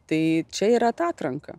tai čia yra ta atranka